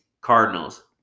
Cardinals